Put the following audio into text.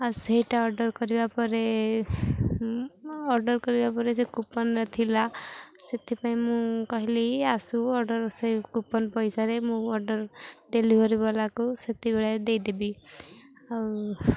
ଆଉ ସେଇଟା ଅର୍ଡ଼ର୍ କରିବା ପରେ ଅର୍ଡ଼ର୍ କରିବା ପରେ ଯେ କୁପନ୍ରେ ଥିଲା ସେଥିପାଇଁ ମୁଁ କହିଲି ଆସୁ ଅର୍ଡ଼ର୍ ସେ କୁପନ୍ ପଇସାରେ ମୁଁ ଅର୍ଡ଼ର୍ ଡ଼େଲିଭରି ବାଲାକୁ ସେତେବେଳେ ଦେଇଦେବି ଆଉ